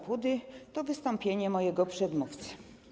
Pudy to wystąpienie mojego przedmówcy.